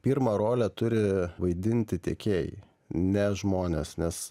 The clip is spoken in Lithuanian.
pirmą rolę turi vaidinti tiekėjai ne žmonės nes